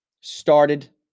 started